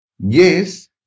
Yes